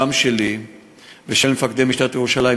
גם שלי ושל מפקדי משטרת ירושלים,